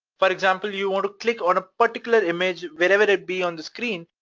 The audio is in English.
for example, you want to click on a particular image, wherever it be on the screen,